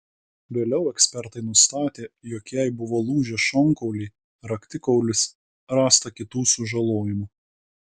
vėliau ekspertai nustatė jog jai buvo lūžę šonkauliai raktikaulis rasta kitų sužalojimų